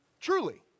Truly